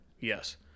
yes